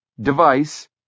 device